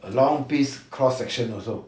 a long piece cross section also